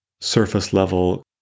surface-level